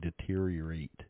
deteriorate